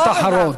משפט אחרון.